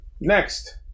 Next